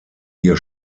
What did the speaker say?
ihr